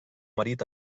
marit